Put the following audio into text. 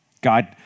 God